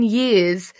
years